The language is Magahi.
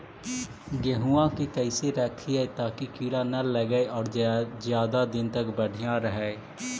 गेहुआ के कैसे रखिये ताकी कीड़ा न लगै और ज्यादा दिन तक बढ़िया रहै?